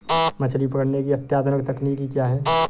मछली पकड़ने की अत्याधुनिक तकनीकी क्या है?